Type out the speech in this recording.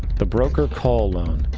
the broker call loan.